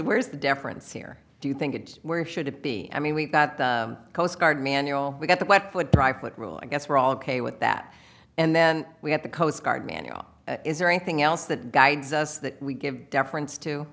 where is the difference here do you think and where should it be i mean we've got the coast guard manual we've got the black foot dry foot rule i guess we're all ok with that and then we had the coast guard manual is there anything else that guides us that we give deference to